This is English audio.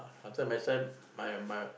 last time my son my my